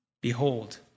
behold